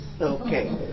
Okay